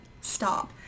stop